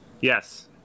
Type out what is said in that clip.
Yes